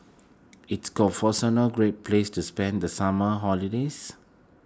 is a great place to spend the summer holidays